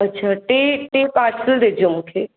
अच्छा टे टे पार्सल ॾिजो मूंखे